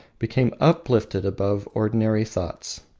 became uplifted above ordinary thoughts.